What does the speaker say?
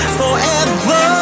forever